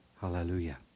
Hallelujah